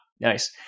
nice